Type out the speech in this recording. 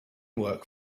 work